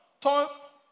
top